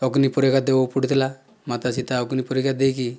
ଅଗ୍ନି ପରୀକ୍ଷା ଦେବାକୁ ପଡିଥିଲା ମାତା ସୀତା ଅଗ୍ନି ପରୀକ୍ଷା ଦେଇକି